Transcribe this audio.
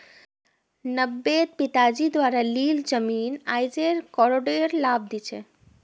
नब्बेट पिताजी द्वारा लील जमीन आईज करोडेर लाभ दी छ